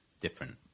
different